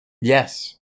Yes